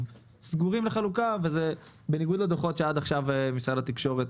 סגורים לחלוקה וזה בניגוד לדוחות עד עכשיו של משרד התקשורת,